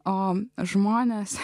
o žmonės